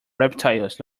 reptiles